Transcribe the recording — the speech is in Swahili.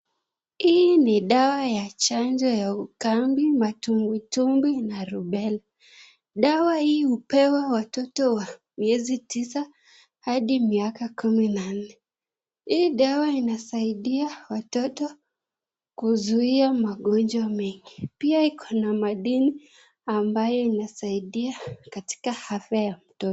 Hii ni dawa ya chanjo ya ukambi matumbitumbi na rubela dawa hii hupewa watoto wa miezi tisa hadi miaka kumi na nne hii dawa inasaidia watoto kuzuiya magonjwa mengi pia ikona madini ambaye inasaidia katika hafya ya mtoto